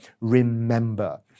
Remember